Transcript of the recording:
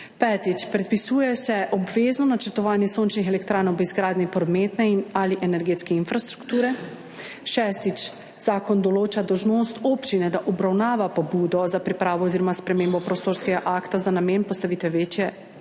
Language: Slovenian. Petič, predpisuje se obvezno načrtovanje sončnih elektrarn ob izgradnji prometne in/ali energetske infrastrukture. Šestič, zakon določa dolžnost občine, da obravnava pobudo za pripravo oziroma spremembo prostorskega akta za namen postavitve večje